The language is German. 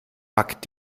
back